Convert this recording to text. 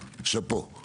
שאפו.